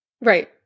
Right